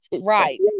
right